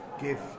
give